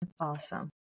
Awesome